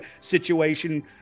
situation